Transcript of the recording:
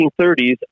1930s